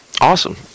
Awesome